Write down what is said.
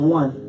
one